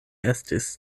estis